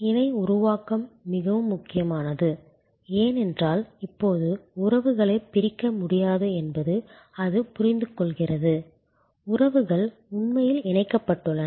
இணை உருவாக்கம் மிகவும் முக்கியமானது ஏனென்றால் இப்போது உறவுகளை பிரிக்க முடியாது என்பதை அது புரிந்துகொள்கிறது உறவுகள் உண்மையில் இணைக்கப்பட்டுள்ளன